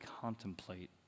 contemplate